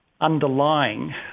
underlying